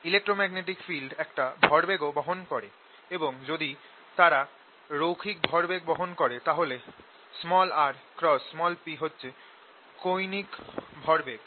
electromagnetic field একটা ভরবেগ ও বহন করে এবং যদি তারা রৈখিক ভরবেগ বহন করে তাহলে r×p হচ্ছে কৌণিক ভরবেগ